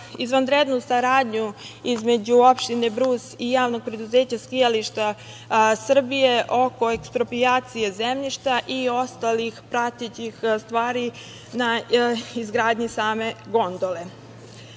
izvanrednu saradnju između opštine Brus i Javnog preduzeća „Skijališta Srbije“ oko eksproprijacije zemljišta i ostalih pratećih stvari na izgradnji same gondole. Svakako